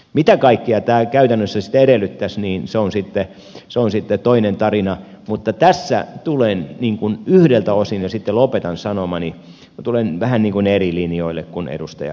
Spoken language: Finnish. mitä kaikkea tämä käytännössä sitten edellyttäisi niin se on sitten toinen tarina mutta tässä tulen yhdeltä osin ja sitten lopetan sanomani vähän eri linjoille kuin edustaja sasi